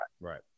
right